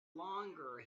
longer